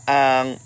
ang